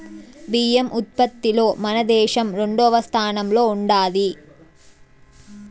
బియ్యం ఉత్పత్తిలో మన దేశం రెండవ స్థానంలో ఉండాది